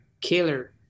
killer